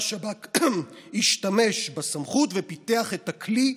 והשב"כ השתמש בסמכות ופיתח את הכלי,